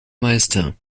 meister